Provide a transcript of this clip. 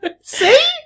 see